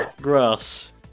grass